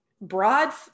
broad